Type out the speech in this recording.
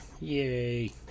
Yay